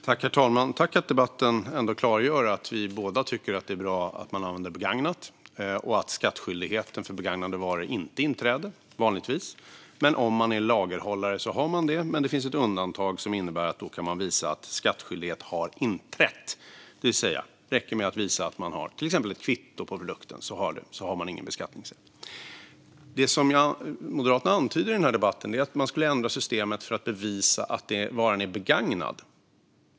Herr talman! Det är bra att debatten klargör att vi båda tycker att det är bra att man använder begagnat och att skattskyldigheten för begagnade varor vanligtvis inte inträder om man inte är lagerhållare, och då finns det ett undantag som innebär att man då kan visa att skattskyldighet har inträtt genom till exempel ett kvitto på produkten. I debatten antyder Moderaterna att systemet bör ändras så att man ska bevisa att varan är begagnad.